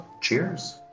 cheers